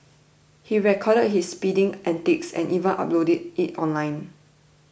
he recorded his speeding antics and even uploaded it online